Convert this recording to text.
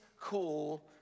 cool